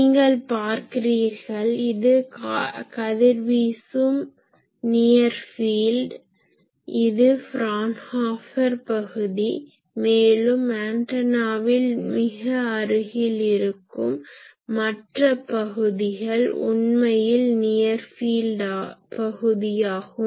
நீங்கள் பார்க்கிறீர்கள் இது கதிர்வீசும் நியர் ஃபீல்ட் இது ஃபரான்ஹாபர் பகுதி மேலும் ஆன்டனாவின் மிக அருகில் இருக்கும் மற்ற பகுதிகள் உண்மையில் நியர் ஃபீல்ட் பகுதியாகும்